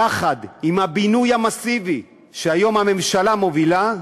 יחד עם הבינוי המסיבי שהיום הממשלה מובילה,